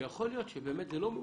שיכול להיות שבאמת זה לא מאוחר.